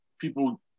people